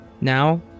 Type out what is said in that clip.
Now